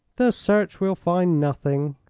the search will find nothing,